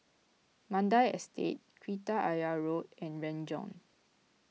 Mandai Estate Kreta Ayer Road and Renjong